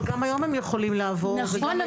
אבל גם היום הם יכולים לעבור וגם היום --- נכון,